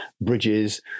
bridges